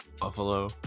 buffalo